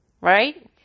right